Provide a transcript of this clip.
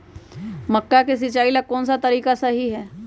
मक्का के सिचाई ला कौन सा तरीका सही है?